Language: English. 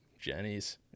Jenny's